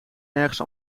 ergens